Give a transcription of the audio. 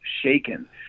shaken